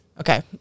Okay